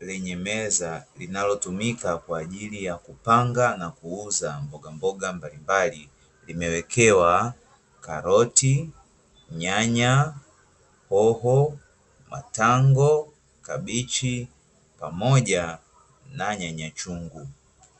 lenye meza linalotumika kwajili ya kupanga na kuuza mboga mboga mbalimbali, limewekewa karoti, nyanya, hoho, matamgo, kabichi pamoja na nyanya chungu.